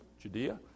Judea